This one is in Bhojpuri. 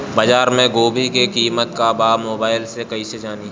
बाजार में गोभी के कीमत का बा मोबाइल से कइसे जानी?